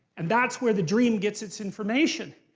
and that's where the dream gets its information.